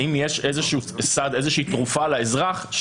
האם יש איזשהו סעד, איזושהי תרופה לאזרח?